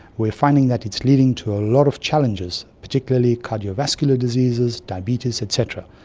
we are finding that it's leading to a lot of challenges, particularly cardiovascular diseases, diabetes et cetera.